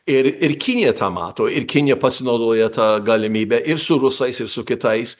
ir ir kinija tą mato ir kinija pasinaudoja ta galimybe ir su rusais ir su kitais